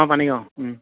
অঁ পানী গাঁও